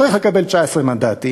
צריך לקבל 19 מנדטים,